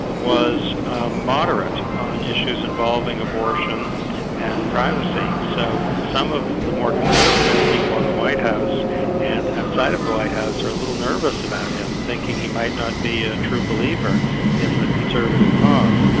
and was a moderate on issues involving abortion and privacy. so some of the more conservative people in the white house and outside of the white house are a little nervous about him, thinking he might not be a true believer in the conservative cause.